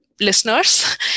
listeners